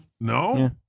No